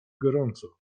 gorąco